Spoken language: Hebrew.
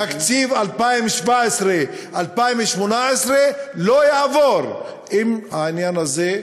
שתקציב 2017 2018 לא יעבור אם העניין הזה,